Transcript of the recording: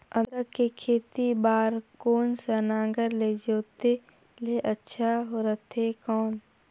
अदरक के खेती बार कोन सा नागर ले जोते ले अच्छा रथे कौन?